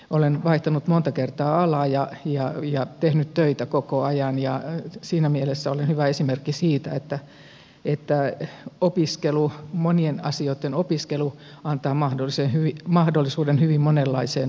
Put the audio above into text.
olen vaihtanut monta kertaa alaa ja tehnyt töitä koko ajan ja siinä mielessä olen hyvä esimerkki siitä että monien asioitten opiskelu antaa mahdollisuuden hyvin monenlaiseen urakehitykseen